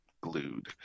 glued